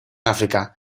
áfrica